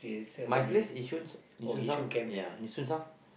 my places Yishun Yishun South ya Yishun South